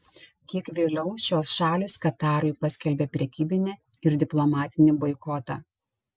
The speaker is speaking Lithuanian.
kiek vėliau šios šalys katarui paskelbė prekybinį ir diplomatinį boikotą